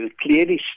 clearly